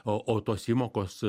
o o tos įmokos